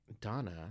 Donna